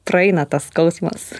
praeina tas skausmas